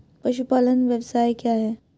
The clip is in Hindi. पशुपालन व्यवसाय क्या है?